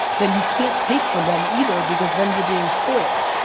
then you can't take from them either because then you're being spoiled.